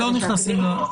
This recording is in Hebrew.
הם לא נכנסים למדינה?